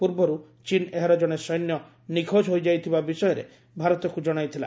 ପୂର୍ବରୁ ଚୀନ୍ ଏହାର ଜଣେ ସୈନ୍ୟ ନିଖୋଜ ହୋଇଯାଇଥିବା ବିଷୟରେ ଭାରତକୁ ଜଣାଇଥିଲା